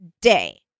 day